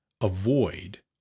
avoid